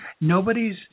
Nobody's